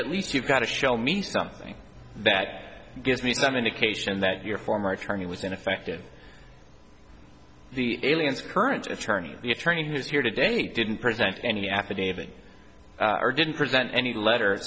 at least you got to show me something that gives me some indication that your former attorney was ineffective the aliens current attorney the attorney who is here today didn't present any affidavit or didn't present any letter